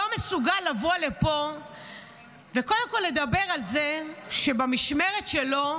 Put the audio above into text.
לא מסוגל לבוא לפה וקודם כול לדבר על זה שבמשמרת שלו,